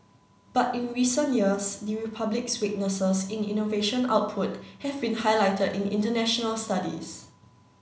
but in recent years the Republic's weaknesses in innovation output have been highlighted in international studies